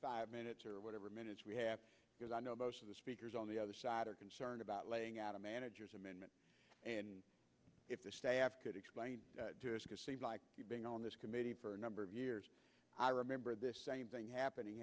five minutes or whatever minutes we have because i know most of the speakers on the other side are concerned about laying out a manager's amendment and if the staff could explain being on this committee for a number of years i remember this same thing happening